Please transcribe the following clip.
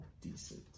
Decent